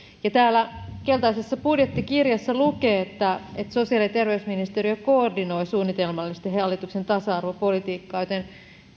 täällä keltaisessa budjettikirjassa lukee että sosiaali ja terveysministeriö koordinoi suunnitelmallisesti hallituksen tasa arvopolitiikkaa joten